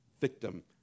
victim